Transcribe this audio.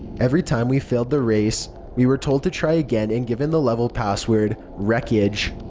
every time we failed the race, we were told to try again and given the level password wreckage.